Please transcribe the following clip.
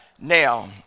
Now